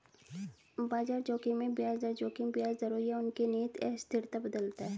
बाजार जोखिम में ब्याज दर जोखिम ब्याज दरों या उनके निहित अस्थिरता बदलता है